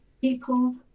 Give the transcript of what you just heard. people